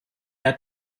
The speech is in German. her